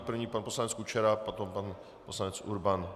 První pan poslanec Kučera, potom pan poslanec Urban.